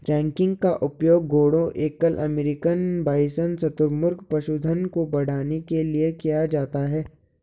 ranking का उपयोग घोड़ों एल्क अमेरिकन बाइसन शुतुरमुर्ग पशुधन को बढ़ाने के लिए किया जाता है